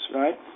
right